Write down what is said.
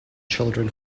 children